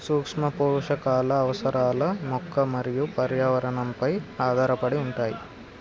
సూక్ష్మపోషకాల అవసరాలు మొక్క మరియు పర్యావరణంపై ఆధారపడి ఉంటాయి